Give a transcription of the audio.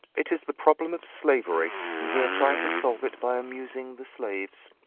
it is the problem of slavery. and we are trying to solve it by amusing the slaves.